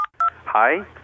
Hi